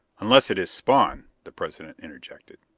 unless it is spawn, the president interjected.